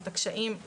את הקשיים,